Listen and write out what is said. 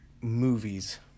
movies